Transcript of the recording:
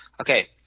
Okay